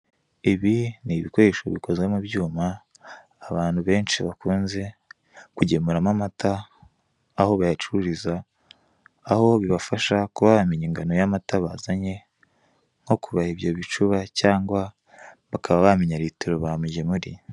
Ibi ni ibikoresho bikozwe mu byuma abantu benshi bakunze kugemuramo amata, aho bayacururiza aho bibafasha kuba bamenya ingano y'amata bazanye, nko kubara ibyo bicuba cyangwa bakaba bamenya litiro bamugemuriye.